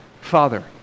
Father